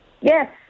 yes